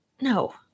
No